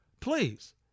please